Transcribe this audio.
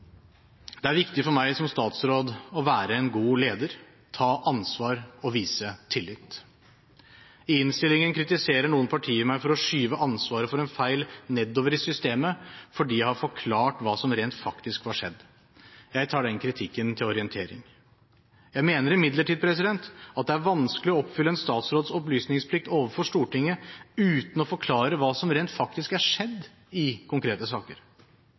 Det er viktig for meg som statsråd å være en god leder, ta ansvar og vise tillit. I innstillingen kritiserer noen partier meg for å skyve ansvaret for en feil nedover i systemet fordi jeg har forklart hva som rent faktisk var skjedd. Jeg tar den kritikken til orientering. Jeg mener imidlertid det er vanskelig å oppfylle en statsråds opplysningsplikt overfor Stortinget uten å forklare hva som rent faktisk har skjedd i konkrete saker.